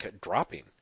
dropping